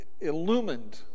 illumined